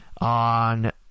on